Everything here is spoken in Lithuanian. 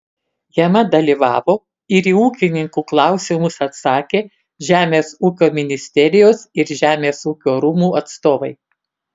jame dalyvavo ir į ūkininkų klausimus atsakė žemės ūkio ministerijos ir žemės ūkio rūmų atstovai